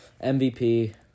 MVP